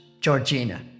Georgina